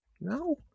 No